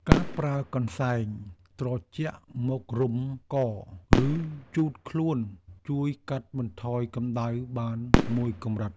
ការប្រើកន្សែងត្រជាក់មករុំក ឬជូតខ្លួន ជួយកាត់បន្ថយកម្ដៅបានមួយកម្រិត។